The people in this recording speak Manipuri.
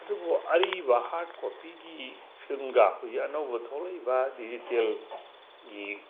ꯑꯗꯨꯕꯨ ꯑꯔꯤꯕ ꯍꯥꯔꯠ ꯀꯣꯄꯤꯒꯤ ꯐꯤꯂꯝꯒ ꯍꯧꯖꯤꯛ ꯑꯅꯧꯕ ꯊꯣꯛꯂꯛꯏꯕ ꯗꯤꯖꯤꯇꯦꯜꯒꯤ